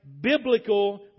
biblical